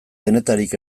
denetarik